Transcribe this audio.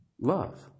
Love